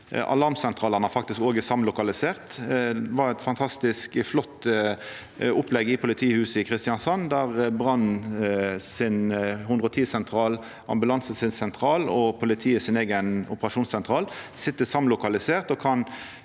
alarmsentralane faktisk òg er samlokaliserte. Det var eit fantastisk flott opplegg i politihuset i Kristiansand, der brannsentralen, ambulansesentralen og politiet sin eigen operasjonssentral sit samlokalisert